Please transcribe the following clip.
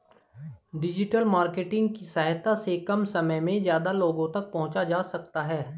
digital marketing की सहायता से कम समय में ज्यादा लोगो तक पंहुचा जा सकता है